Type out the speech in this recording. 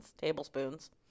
tablespoons